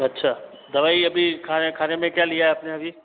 अच्छा दवाई अभी खाना खाने में क्या लिया आपने अभी